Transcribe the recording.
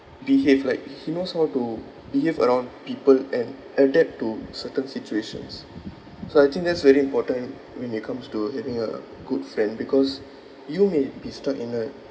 behave like he knows how to behave around people and adapt to certain situations so I think that's very important when it comes to having a good friend because you may be stuck in like